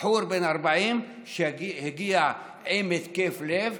בחור בן 40 שהגיע עם התקף לב.